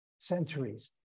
centuries